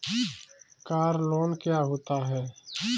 Car loan क्या होता है?